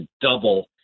double